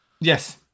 Yes